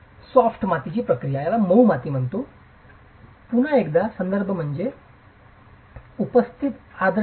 मऊ मातीची प्रक्रिया पुन्हा एकदा संदर्भ म्हणजे उपस्थित आर्द्रतेचे